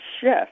shift